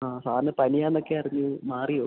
ആ സാർന് പനിയാണെന്നൊക്കെ അറിഞ്ഞു മാറിയോ